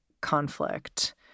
conflict